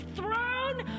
throne